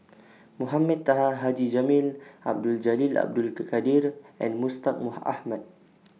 Mohamed Taha Haji Jamil Abdul Jalil Abdul Kadir and Mustaq Ahmad